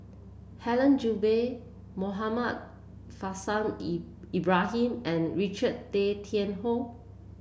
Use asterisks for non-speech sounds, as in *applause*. Helen Gilbey Muhammad Faishal *unintelligible* Ibrahim and Richard Tay Tian Hoe